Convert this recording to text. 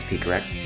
correct